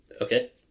Okay